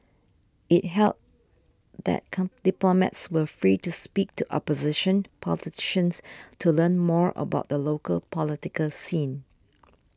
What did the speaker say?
it held that come diplomats were free to speak to opposition politicians to learn more about the local political scene